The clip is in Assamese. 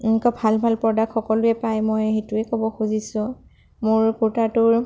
এনেকুৱা ভাল ভাল প্ৰডাক্ট সকলোৱে পায় মই সেইটোৱে ক'ব খুজিছোঁ মোৰ কুৰ্টাটোৰ